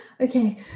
okay